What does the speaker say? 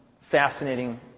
fascinating